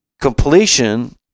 completion